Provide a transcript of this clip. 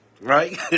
right